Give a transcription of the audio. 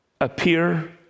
appear